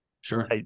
sure